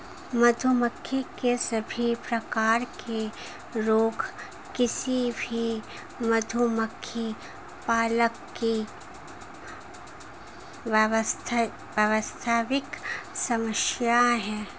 मधुमक्खी के सभी प्रकार के रोग किसी भी मधुमक्खी पालक की वास्तविक समस्या है